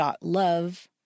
love